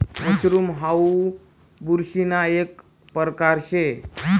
mushroom हाऊ बुरशीना एक परकार शे